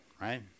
right